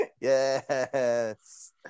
Yes